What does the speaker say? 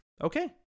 Okay